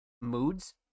moods